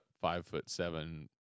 five-foot-seven